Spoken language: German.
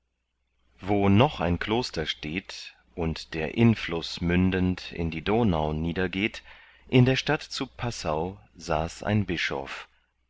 wo noch ein kloster steht und der innfluß mündend in die donau niedergeht in der stadt zu passau saß ein bischof